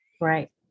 Right